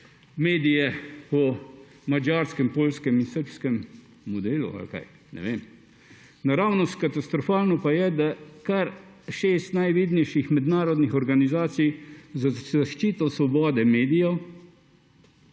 medije po madžarskem, poljskem in srbskem modelu. Naravnost katastrofalno pa je, da kar šest najvidnejših mednarodnih organizacij za zaščito svobode medijev